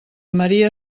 maria